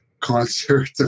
concert